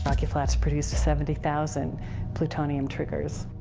rocky flats produced seventy thousand plutonium triggers.